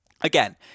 again